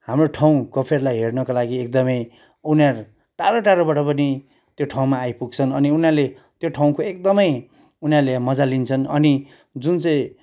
हाम्रो ठाउँ कफेरलाई हेर्नका लागि एकदमै उनीहरू टाढो टाढोबाट पनि त्यो ठाउँमा आइपुग्छन् अनि उनीहरूले त्यो ठाउँको एकदमै उनीहरूले मज्जा लिन्छन् अनि जुन चाहिँ